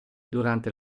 durante